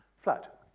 Flat